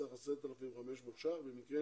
בסך 10,500 שקלים במקרה